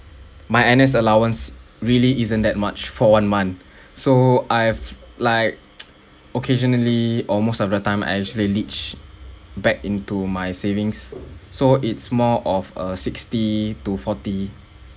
my N_S allowance really isn't that much for one month so I've like occasionally or most of the time I usually reach back into my savings so it's more of a sixty to forty